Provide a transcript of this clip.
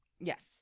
Yes